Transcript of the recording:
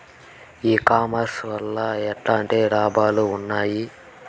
ఈ కామర్స్ వల్ల ఎట్లాంటి లాభాలు ఉన్నాయి?